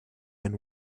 and